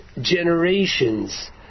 generations